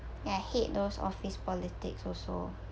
ya I hate those office politics also